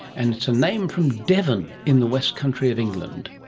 and it's a name from devon in the west country of england